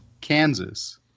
Kansas